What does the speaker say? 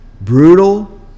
Brutal